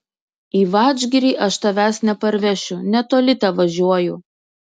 į vadžgirį aš tavęs neparvešiu netoli tevažiuoju